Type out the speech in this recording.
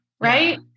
right